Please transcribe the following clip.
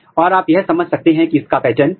मैं आपको कुछ उदाहरण दूंगा